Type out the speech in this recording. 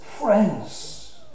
friends